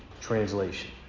translation